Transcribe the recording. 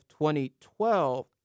2012